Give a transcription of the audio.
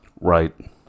Right